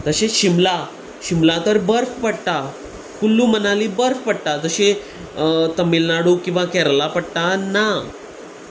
तशें शिमला शिमला तर बर्फ पडटा कुल्लू मनाली बर्फ पडटा जशें तमिलनाडू किंवां केरला पडटा ना